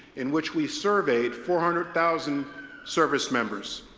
in which we surveyed four hundred thousand service members.